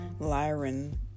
Lyran